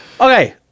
Okay